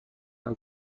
azul